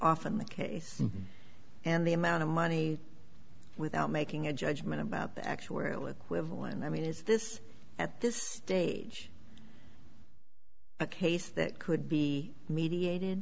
often the case and the amount of money without making a judgment about actuarial equivalent i mean is this at this stage a case that could be mediat